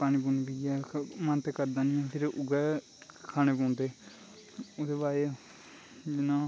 पानी पूनी पियै मन ते करदा नी ऐ उऐ उऐ खानें पौंदे ओह्दै बाद जियां